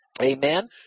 amen